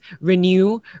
renew